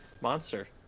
monster